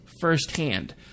firsthand